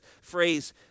phrase